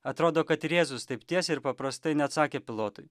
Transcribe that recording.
atrodo kad ir jėzus taip tiesiai ir paprastai neatsakė pilotui